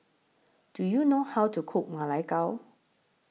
Do YOU know How to Cook Ma Lai Gao